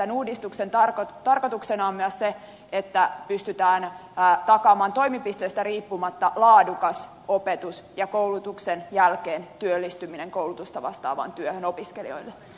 tämän uudistuksen tarkoituksena on myös se että pystytään takaamaan toimipisteestä riippumatta laadukas opetus ja koulutuksen jälkeen työllistyminen koulutusta vastaavaan työhön opiskelijoille